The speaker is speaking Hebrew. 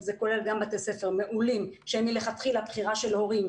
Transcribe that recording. זה כולל גם בתי ספר מעולים שהם מלכתחילה בחירה של הורים